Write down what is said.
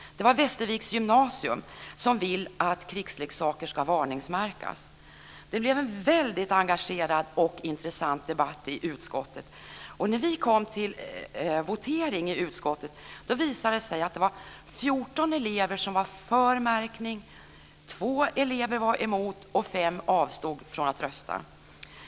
Det var Västerviks gymnasium som ville att krigsleksaker skulle varningsmärkas. Det blev en väldigt engagerad och intressant debatt i utskottet, och när vi kom fram till votering i utskottet visade det sig att 14 avstod från att rösta.